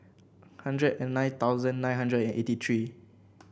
hundred and nine thousand nine hundred and eighty three